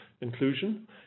inclusion